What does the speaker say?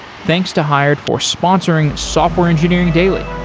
thanks to hired for sponsoring software engineering daily.